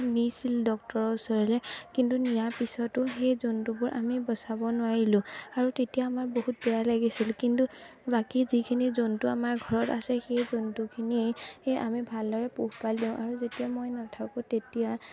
নিছিল ডক্তৰৰ ওচৰলৈ কিন্তু নিয়াৰ পিছতো সেই জন্তুবোৰ আমি বচাব নোৱাৰিলোঁ আৰু তেতিয়া আমাৰ বহুত বেয়া লাগিছিল কিন্তু বাকী যিখিনি জন্তু আমাৰ ঘৰত আছে সেই জন্তুখিনি আমি ভালদৰে পোহপাল দিওঁ আৰু যেতিয়া মই নাথাকোঁ তেতিয়া